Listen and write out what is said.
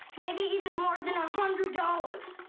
maybe even more than a hundred dollars.